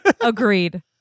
Agreed